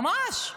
ממש.